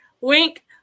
wink